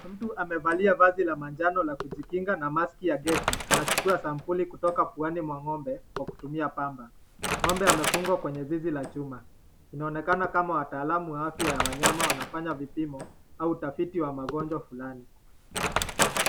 Mtu amevalia vazi la manjano la kujikinga na maski ya gesi anachukua sampuli kutoka puani mwa ng'ombe kwa kutumia pamba. Ng'ombe amefungwa kwenye zizi la chuma. Inaonekana kama watalamu wa afya ya wanyama wanafanya vipimo, au utafiti wa magonjwa fulani.